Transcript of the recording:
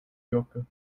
wirke